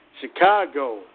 Chicago